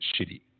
shitty